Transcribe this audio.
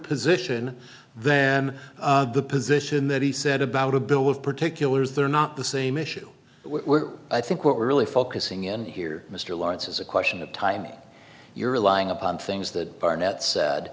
position then the position that he said about a bill of particulars they're not the same issue i think what we're really focusing in here mr lawrence is a question of timing you're relying upon things that barnett sa